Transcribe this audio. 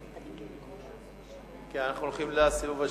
בעד אנחנו הולכים לסיבוב השני.